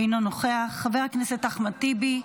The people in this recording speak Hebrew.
אינו נוכח, חבר הכנסת אחמד טיבי,